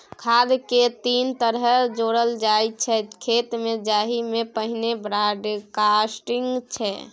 खाद केँ तीन तरहे जोरल जाइ छै खेत मे जाहि मे पहिल ब्राँडकास्टिंग छै